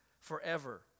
forever